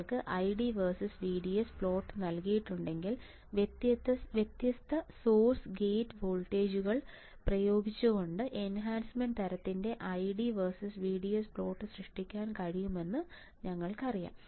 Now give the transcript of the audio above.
നിങ്ങൾക്ക് ID versus VDS plot നൽകിയിട്ടുണ്ടെങ്കിൽ വ്യത്യസ്ത സോഴ്സ് ഗേറ്റ് വോൾട്ടേജുകൾ പ്രയോഗിച്ചുകൊണ്ട് എൻഹാൻസ്മെൻറ് തരത്തിൻറെ ID വേഴ്സസ് VDS പ്ലോട്ട് സൃഷ്ടിക്കാൻ കഴിയുമെന്ന് ഞങ്ങൾക്കറിയാം